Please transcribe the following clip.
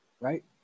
right